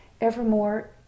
Evermore